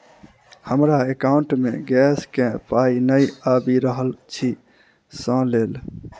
हमरा एकाउंट मे गैस केँ पाई नै आबि रहल छी सँ लेल?